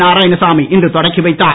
நாராயணசாமி இன்று தொடக்கிவைத்தார்